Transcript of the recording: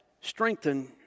strengthen